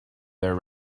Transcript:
their